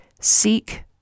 Seek